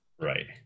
Right